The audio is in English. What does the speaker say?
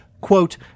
quote